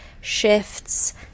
shifts